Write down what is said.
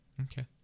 Okay